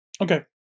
Okay